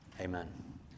amen